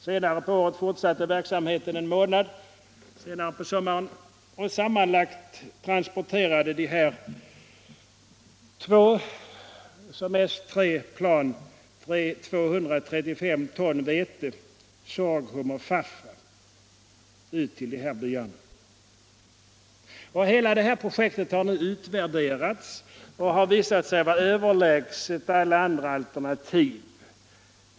Senare på sommaren fortsatte verksamheten en månad, och sammanlagt transporterade de två — som mest tre — planen 235 ton vete, sorghum och faffa ut till byarna. Hela projektet har nu utvärderats och visat sig vara överlägset alla andra alternativ.